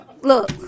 Look